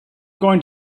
going